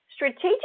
Strategic